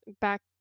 back